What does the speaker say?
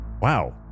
wow